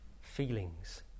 feelings